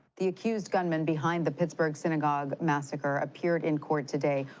the accused gunman behind the pittsburgh synagogue massacre appeared in court today.